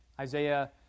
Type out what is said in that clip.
Isaiah